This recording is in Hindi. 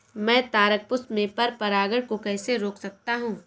मैं तारक पुष्प में पर परागण को कैसे रोक सकता हूँ?